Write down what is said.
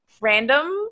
random